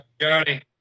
Johnny